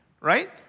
Right